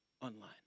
online